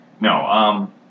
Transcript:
No